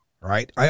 right